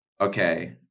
Okay